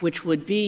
which would be